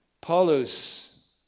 Paulus